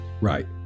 Right